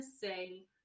say